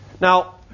Now